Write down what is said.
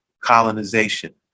colonization